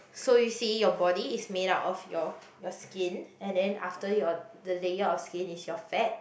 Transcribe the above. so you see your body is made up of your your skin and then after your the layer of skin is your fat